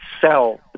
sell